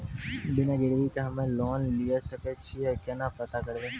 बिना गिरवी के हम्मय लोन लिये सके छियै केना पता करबै?